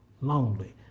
lonely